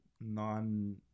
non-